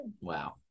Wow